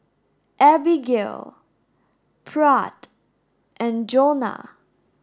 Abigail Pratt and Jonna